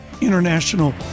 international